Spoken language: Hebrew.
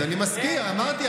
אז אמרתי,